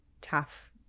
tough